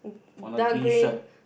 on a green shirt